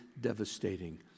devastating